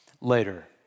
later